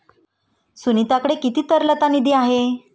सुनीताकडे किती तरलता निधी आहे?